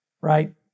Right